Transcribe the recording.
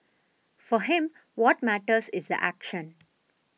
for him what matters is action